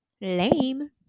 lame